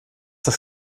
das